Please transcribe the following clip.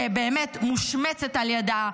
שבאמת מושמצת על ידה,